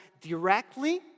directly